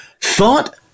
thought